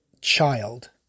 child